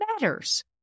matters